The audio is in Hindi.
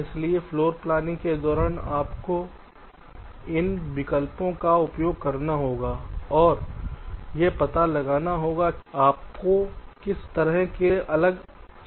इसलिए फ्लोरप्लानिंग के दौरान आपको इन विकल्पों का उपयोग करना होगा और यह पता लगाना होगा कि इससे आपको किस तरह से सबसे अच्छा समाधान मिलेंगे